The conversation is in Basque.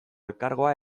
elkargoa